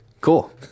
Cool